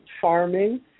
farming